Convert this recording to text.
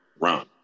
run